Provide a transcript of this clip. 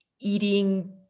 eating